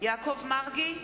יעקב מרגי,